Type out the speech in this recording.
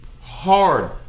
hard